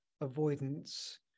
avoidance